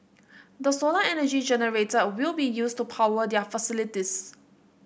the solar energy generated will be used to power their facilities